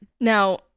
now